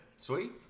Sweet